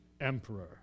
emperor